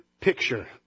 picture